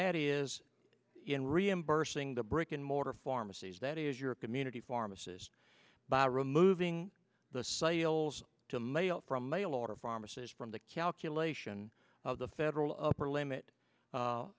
that is in reimbursing the brick and mortar pharmacies that is your community pharmacist by removing the sales to mail from mail order pharmacy is from the calculation of the federal upper limit